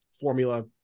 formula